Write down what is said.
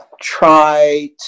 try